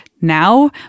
now